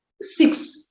six